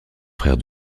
frère